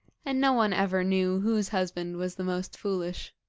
and no one ever knew whose husband was the most foolish.